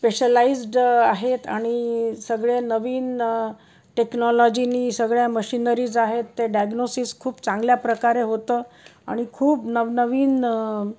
specialised आहेत आणि सगळे नवीन टेक्नॉलॉजीनी सगळ्या मशीनरीज आहेत ते डायग्नॉसिस खूप चांगल्या प्रकारे होतं आणि खूप नवनवीन